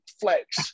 flex